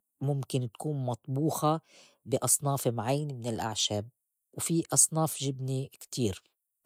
مُمكن تكون مطبوخة بي أصناف معيْنة من الأعشاب في أصناف جبنة كتير.